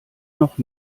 noch